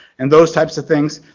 and those types of things,